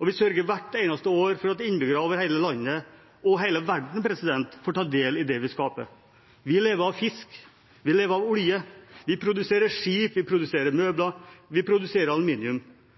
og vi sørger hvert eneste år for at innbyggere over hele landet – og over hele verden – får ta del i det vi skaper. Vi lever av fisk, vi lever av olje, vi produserer skip, vi produserer møbler, vi produserer aluminium.